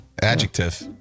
adjective